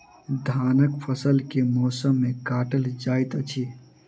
धानक फसल केँ मौसम मे काटल जाइत अछि?